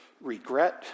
regret